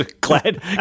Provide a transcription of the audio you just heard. glad